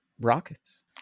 rockets